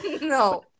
No